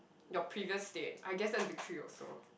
your previous state I guess that's victory also